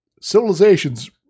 civilizations